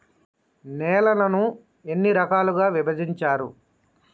నేలలను ఎన్ని రకాలుగా విభజించారు?